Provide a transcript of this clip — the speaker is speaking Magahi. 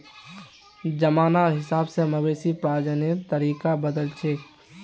जमानार हिसाब से मवेशी प्रजननेर तरीका बदलछेक